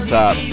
top